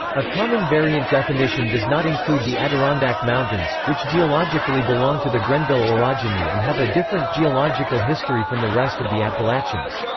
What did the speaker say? a common variant definition does not include the adirondack mountains, which geologically belong to the grenville orogeny and have a different geological history from the rest of the appalachians.